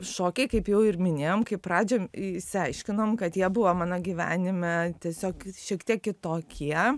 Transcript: šokiai kaip jau ir minėjom kaip pradžioj išsiaiškinom kad jie buvo mano gyvenime tiesiog šiek tiek kitokie